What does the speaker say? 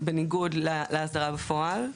-- ובטח שבניגוד להסדרה בפועל.